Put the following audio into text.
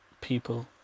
people